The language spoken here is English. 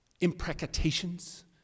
imprecations